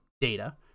data